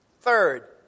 third